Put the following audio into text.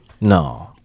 No